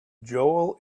joel